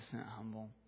humble